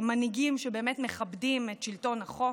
עם מנהיגים שבאמת מכבדים את שלטון החוק.